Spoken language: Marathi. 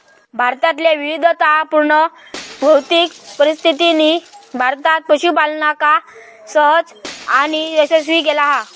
भारतातल्या विविधतापुर्ण भौतिक परिस्थितीनी भारतात पशूपालनका सहज आणि यशस्वी केला हा